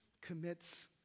commits